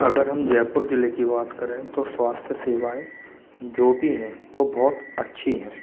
अगर हम जयपुर ज़िले की बात करें तो स्वास्थय सेवाएँ जो भी हैं वो बहुत अच्छी हैं